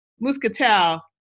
Muscatel